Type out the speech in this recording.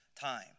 time